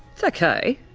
it's okay,